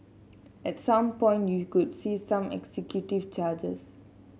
at some point you could see some executive charges